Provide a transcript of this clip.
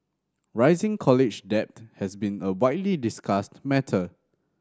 rising college debt has been a widely discussed matter